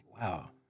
wow